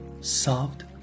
soft